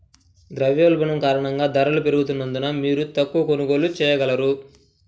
ద్రవ్యోల్బణం కారణంగా ధరలు పెరుగుతున్నందున, మీరు తక్కువ కొనుగోళ్ళు చేయగలరు